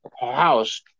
house